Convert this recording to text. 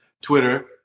Twitter